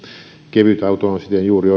kevytauto on siten juuri